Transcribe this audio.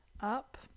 up